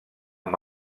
amb